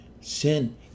Sin